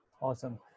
Awesome